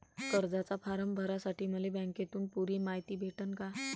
कर्जाचा फारम भरासाठी मले बँकेतून पुरी मायती भेटन का?